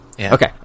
Okay